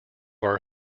are